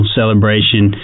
celebration